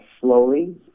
slowly